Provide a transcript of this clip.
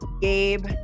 Gabe